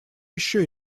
еще